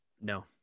No